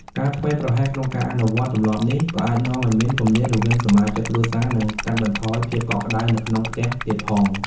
ការធ្វេសប្រហែសក្នុងការអនុវត្តទម្លាប់នេះ ក៏អាចនាំឲ្យមានគម្លាតរវាងសមាជិកគ្រួសារ និងកាត់បន្ថយភាពកក់ក្ដៅនៅក្នុងផ្ទះទៀតផង។